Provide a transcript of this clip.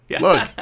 Look